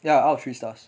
ya out of three stars